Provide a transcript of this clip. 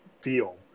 feel